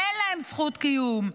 אין להם זכות קיום.